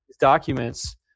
documents